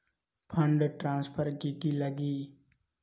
Fund transfer कि की लगी?